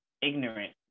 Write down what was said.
ignorant